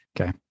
Okay